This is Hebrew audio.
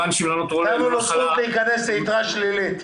נתנו לו זכות להיכנס ליתרה שלילית.